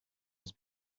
its